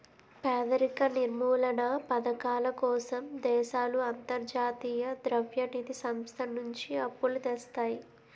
పేదరిక నిర్మూలనా పధకాల కోసం దేశాలు అంతర్జాతీయ ద్రవ్య నిధి సంస్థ నుంచి అప్పులు తెస్తాయి